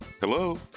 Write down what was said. Hello